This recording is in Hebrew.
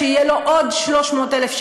כאילו אין לכם חסינות,